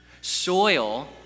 Soil